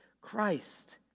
Christ